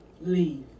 Leave